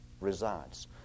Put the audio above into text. resides